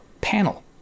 panel